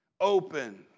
Open